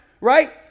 right